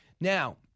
Now